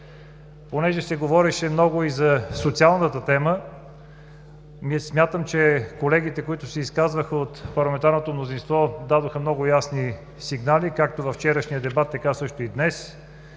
Понеже се говореше много и за социалната тема, не смятам, че колегите, които се изказваха от парламентарното мнозинство, дадоха много ясни сигнали както във вчерашния дебат, така също и днес,